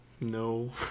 No